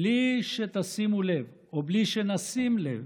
בלי שתשימו לב, או בלי שנשים לב,